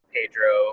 Pedro